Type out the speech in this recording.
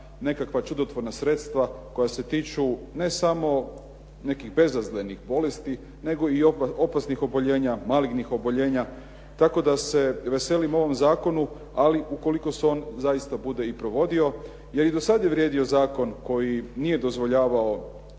nekakva čudotvorna sredstva koja se tiču ne samo nekih bezazlenih bolesti, nego i opasnih oboljenja, malignih oboljenja tako da se veselim ovom zakonu, ali ukoliko se on zaista bude i provodio, jer i dosad je vrijedio zakon koji nije dozvoljavao